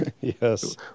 Yes